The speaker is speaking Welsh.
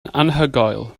anhygoel